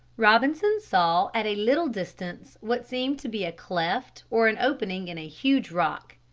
robinson saw at a little distance what seemed to be a cleft or an opening in a huge rock.